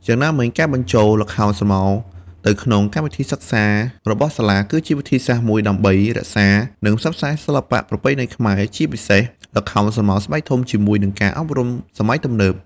យ៉ាងណាមិញការបញ្ចូល ល្ខោនស្រមោលទៅក្នុងកម្មវិធីសិក្សារបស់សាលា គឺជាវិធីសាស្រ្តមួយដើម្បីរក្សា និងផ្សព្វផ្សាយសិល្បៈប្រពៃណីខ្មែរ ជាពិសេសល្ខោនស្រមោលស្បែកធំ ជាមួយ នឹងការអប់រំសម័យទំនើប។